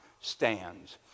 stands